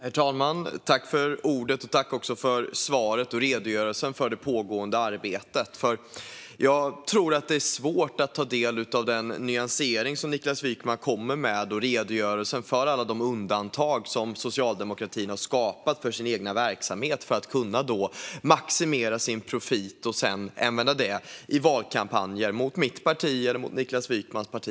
Herr talman! Jag tackar för svaret och redogörelsen för det pågående arbetet. Jag tror att det är svårt att ta del av den nyansering som Niklas Wykman kommer med och redogörelsen för alla de undantag som socialdemokratin har skapat för sin egen verksamhet för att kunna maximera sin profit och sedan använda den i valkampanjer mot mitt parti eller mot Niklas Wykmans parti.